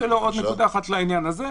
נקודה לעניין הזה.